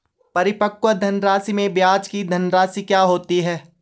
परिपक्व धनराशि में ब्याज की धनराशि क्या होती है?